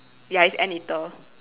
ya it's anteater